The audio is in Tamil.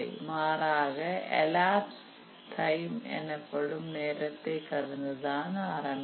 மாறாக எலாப்ஸ் டைம் எனப்படும் நேரத்தை கடந்து தான் ஆரம்பிக்கும்